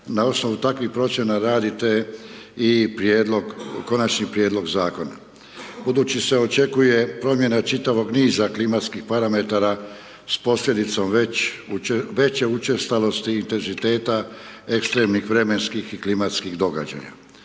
na osnovu takvih procjena radite i prijedlog, Konačni prijedlog Zakona. Budući se očekuje promjena čitavog niza klimatskih parametara s posljedicom veće učestalosti i intenziteta ekstremnih vremenskih i klimatskih događaja.